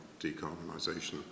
decarbonisation